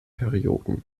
perioden